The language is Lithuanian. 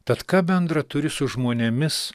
tad ką bendro turi su žmonėmis